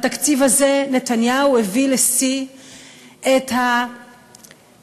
בתקציב הזה נתניהו הביא לשיא את השערורייה,